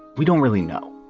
we don't really know.